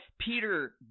Peter